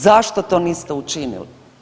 Zašto to niste učinili?